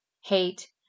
Hate